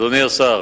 אדוני השר,